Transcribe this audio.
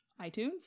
iTunes